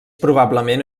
probablement